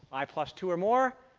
i plus two or more.